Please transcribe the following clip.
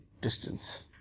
distance